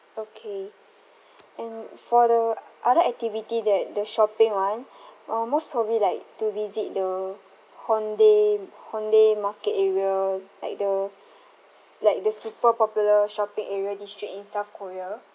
okay and for the other activity that the shopping [one] uh most probably like to visit the hongdae hongdae market area like the s~ like the super popular shopping area district in south korea